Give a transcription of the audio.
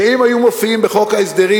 שאילו היו מופיעים בחוק ההסדרים,